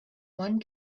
one